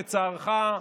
לצערך,